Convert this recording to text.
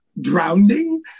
drowning